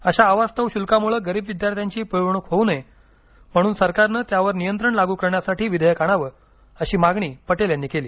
अशा अवास्तव शुल्कामुळे गरीब विद्यार्थ्यांची पिळवणूक होऊ नये म्हणून सरकारनं त्यावर नियंत्रण लागू करण्यासाठी विधेयक आणावं अशी मागणी पटेल यांनी केली